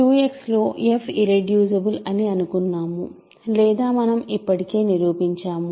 QX లో f irreducible అని అనుకున్నాము లేదా మనము ఇప్పటికే నిరూపించాము